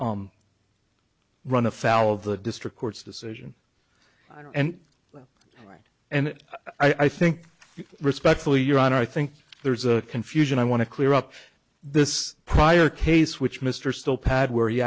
still run afoul of the district court's decision and right and i think respectfully your honor i think there's a confusion i want to clear up this prior case which mr still pad where